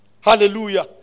Hallelujah